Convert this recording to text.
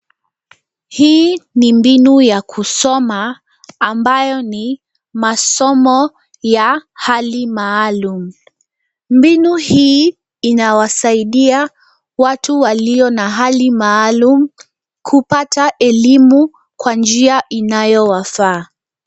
Hii ni mbinu ya kusoma ambayo ni masomo ya hali maalum. Mbinu hii inawasaidia watu walio na hali maalum kupata elimu kwa njia inayo wafaa.